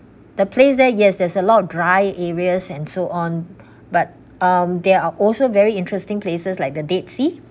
the place there yes there's a lot dry areas and so on but um there are also very interesting places like the dead sea